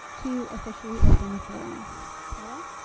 to officially open the forum paula?